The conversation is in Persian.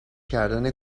کردن